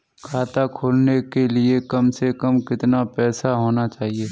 खाता खोलने के लिए कम से कम कितना पैसा होना चाहिए?